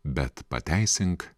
bet pateisink